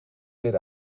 meer